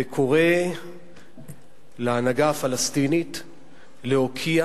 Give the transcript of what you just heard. וקורא להנהגה הפלסטינית להוקיע